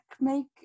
make